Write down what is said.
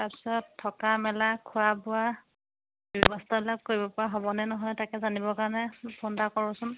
তাৰপিছত থকা মেলা খোৱা বোৱা ব্যৱস্থা লাভ কৰিব পৰা হ'বনে নহয় তাকে জানিবৰ কাৰণে ফোন এটা কৰোঁচোন